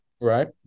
right